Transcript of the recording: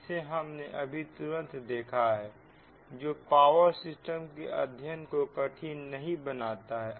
जिसे हमने अभी तुरंत देखा है जो पावर सिस्टम के अध्ययन को कठिन नहीं बनाता है